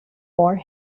for